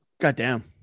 Goddamn